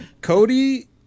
Cody